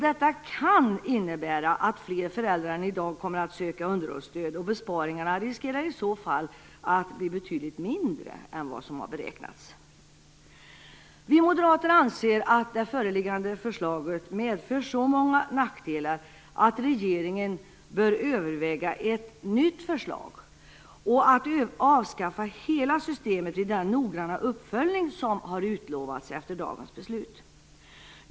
Detta kan komma att innebära att fler föräldrar än i dag kommer att söka underhållsstöd, och besparingarna riskerar i så fall att bli betydligt mindre än vad som beräknats. Vi moderater anser att det föreliggande förslaget medför så många nackdelar att regeringen bör överväga ett nytt förslag och att avskaffa hela systemet vid den noggranna uppföljning som har utlovats efter dagens beslut.